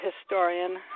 historian